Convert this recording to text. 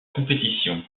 compétition